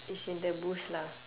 it's in the bush lah